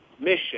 Mission